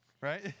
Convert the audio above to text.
Right